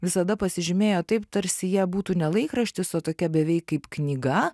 visada pasižymėjo taip tarsi jie būtų ne laikraštis o tokia beveik kaip knyga